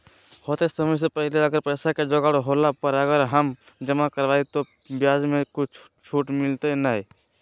होतय समय से पहले अगर पैसा के जोगाड़ होला पर, अगर हम जमा करबय तो, ब्याज मे छुट मिलते बोया नय?